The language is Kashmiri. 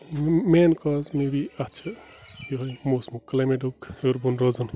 مین کاز مے بی اَتھ چھِ یِہوٚے موسمُک کٕلیمیٹُک ہیوٚر بۄن روزُن